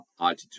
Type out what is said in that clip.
altitude